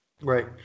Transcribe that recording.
Right